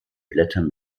blätter